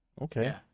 Okay